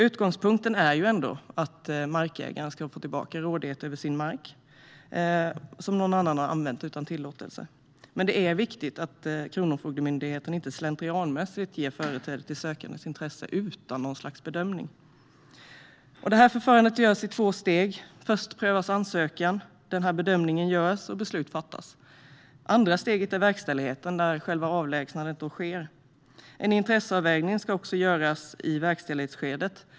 Utgångspunkten är att markägaren ska få tillbaka rådighet över sin mark som någon annan har använt utan tillåtelse, men det är viktigt att Kronofogdemyndigheten inte slentrianmässigt ger företräde till sökandes intresse utan något slags bedömning. Detta förfarande görs i två steg. Först prövas ansökan, bedömningen görs och beslut fattas. Det andra steget är verkställigheten, där själva avlägsnandet sker. En intresseavvägning ska också göras i verkställighetsskedet.